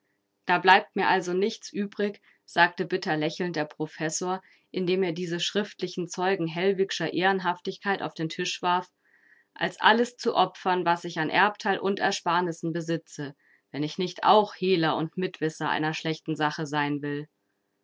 da bleibt mir also nichts übrig sagte bitter lächelnd der professor indem er diese schriftlichen zeugen hellwigscher ehrenhaftigkeit auf den tisch warf als alles zu opfern was ich an erbteil und ersparnissen besitze wenn ich nicht auch hehler und mitwisser einer schlechten sache sein will